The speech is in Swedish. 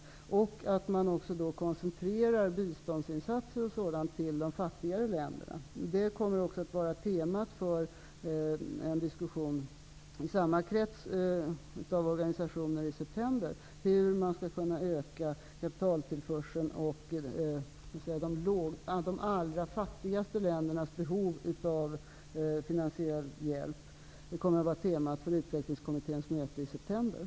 Det är i det sammanhanget också angeläget att man koncentrar biståndsinsatser till de fattigare länderna. Temat för en diskussion i samma krets av organisationer i september kommer också att vara hur man skall kunna öka kapitaltillförseln samt de allra fattigaste ländernas behov av finansiell hjälp. Detta kommer alltså att vara temat för